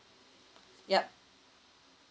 yup